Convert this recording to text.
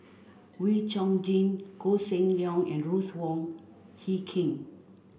Wee Chong Jin Koh Seng Leong and Ruth Wong Hie King